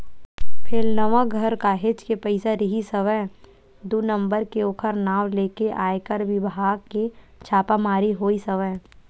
फेलनवा घर काहेच के पइसा रिहिस हवय दू नंबर के ओखर नांव लेके आयकर बिभाग के छापामारी होइस हवय